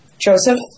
Joseph